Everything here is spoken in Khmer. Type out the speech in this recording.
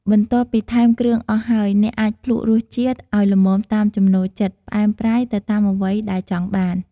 បន្ទាប់ពីថែមគ្រឿងអស់ហើយ អ្នកអាចភ្លក់រសជាតិឲ្យល្មមតាមចំណូលចិត្តផ្អែមប្រៃទៅតាមអ្វីដែលចង់បាន។